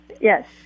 Yes